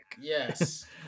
Yes